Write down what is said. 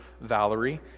Valerie